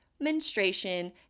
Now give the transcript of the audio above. menstruation